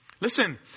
Listen